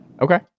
Okay